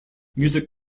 music